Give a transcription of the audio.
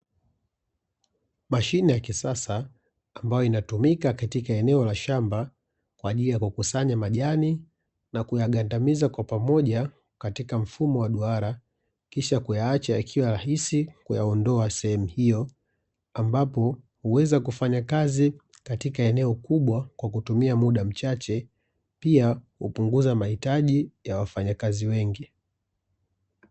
Mashine ya kisasa ambayo inatumika katika eneo la shamba kwa ajili ya kukusanya majani na kuyagandamiza kwa pamoja katika mfumo wa duara, kisha kuyaacha yakiwa rahisi kuyaondoa sehemu hiyo, ambapo huweza kufanya kazi katika eneo kubwa kwa kutumia mda mchache, pia hupunguza mahitaji ya wafanyakazi wengi .